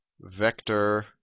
vector